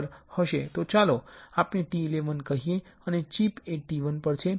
તો ચાલો આપણે T11 કહીએ અને ચિપ એ T1 પર છે